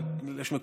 ככל שניתן כמובן,